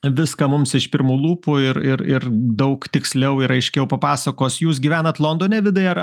viską mums iš pirmų lūpų ir ir ir daug tiksliau ir aiškiau papasakos jūs gyvenat londone vidai ar